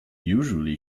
usually